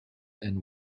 and